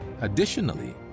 Additionally